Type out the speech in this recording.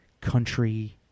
country